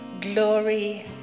glory